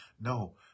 no